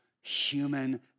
human